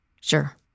sure